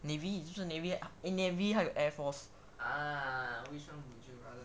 navy 就是 navy ah eh navy 还有 air force